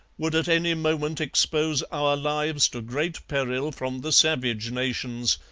would at any moment expose our lives to great peril from the savage nations,